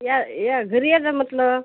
या या घरी यायचं म्हटलं